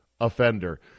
offender